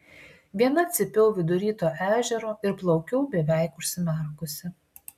viena cypiau vidury to ežero ir plaukiau beveik užsimerkusi